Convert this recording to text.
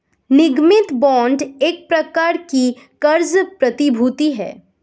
निगमित बांड एक प्रकार की क़र्ज़ प्रतिभूति है